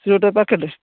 ସିଏ ଗୋଟେ ପ୍ୟାକେଟ୍